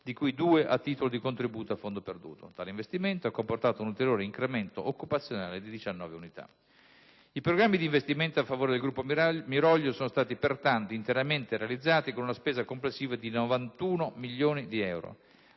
milioni a titolo di contributo a fondo perduto). Tale investimento a comportato un ulteriore incremento occupazionale di 19 unità. Pertanto, i programmi di investimento a favore del gruppo Miroglio sono stati interamente realizzati con una spesa complessiva di 91 milioni di euro.